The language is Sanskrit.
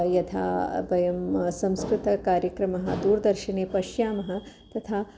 यथा वयं संस्कृतकार्यक्रमः दूरदर्शने पश्यामः तथा